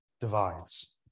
divides